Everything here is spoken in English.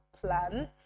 plan